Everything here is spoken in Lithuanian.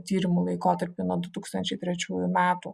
tyrimų laikotarpį nuo du tūkstančiai trečiųjų metų